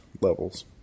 levels